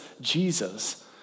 Jesus